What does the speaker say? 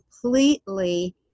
completely